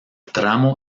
tramo